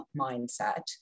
mindset